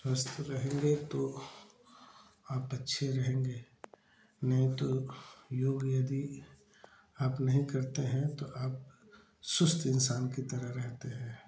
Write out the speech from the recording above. स्वस्थ रहेंगे तो आप अच्छे रहेंगे नहीं तो योग यदि आप नहीं करते हैं तो आप सुस्त इन्सान की तरह रहते हैं